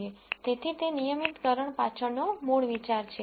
તેથી તે નિયમિતકરણ પાછળનો મૂળ વિચાર છે